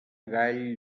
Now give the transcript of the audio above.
gall